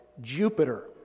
Jupiter